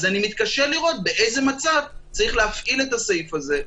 אז אני מתקשה לראות באיזה מצב צריך להפעיל את הסעיף הזה.